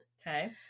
okay